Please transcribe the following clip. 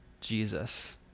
Jesus